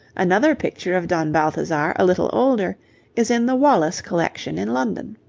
another picture of don balthazar a little older is in the wallace collection in london.